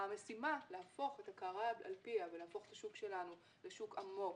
המשימה להפוך את הקערה על פיה ולהפוך את השוק שלנו לשוק עמוק,